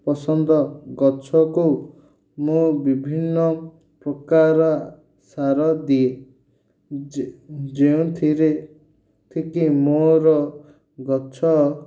ପସନ୍ଦ ଗଛକୁ ମୁଁ ବିଭିନ୍ନ ପ୍ରକାର ସାର ଦିଏ ଯେ ଯେଉଁଥିରେକି ମୋର ଗଛ